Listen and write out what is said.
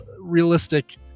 realistic